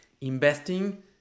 investing